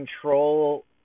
control